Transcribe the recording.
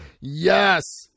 Yes